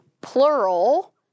plural